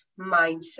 mindset